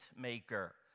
maker